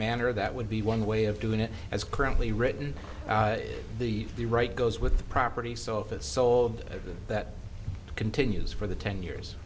manner that would be one way of doing it as currently written the the right goes with the property so if it's sold that continues for the ten years